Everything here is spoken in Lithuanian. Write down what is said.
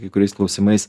kai kuriais klausimais